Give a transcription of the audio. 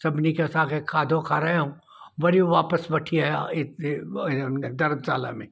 सभिनि खे असांखे खाधो खारायऊं वरी उहे वापिसि वठी आया इते इहो धरमशाला में